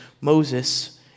Moses